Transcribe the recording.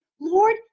Lord